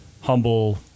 humble